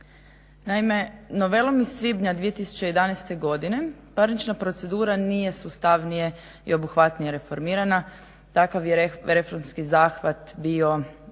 Naime, novelom iz svibnja 2011. godine parnična procedura nije sustavnije i obuhvatnije reformirana. Takav je reformski zahvat bio